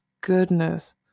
goodness